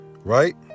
Right